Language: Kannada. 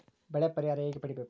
ಬೆಳೆ ಪರಿಹಾರ ಹೇಗೆ ಪಡಿಬೇಕು?